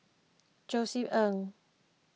Josef Ng